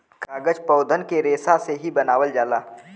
कागज पौधन के रेसा से ही बनावल जाला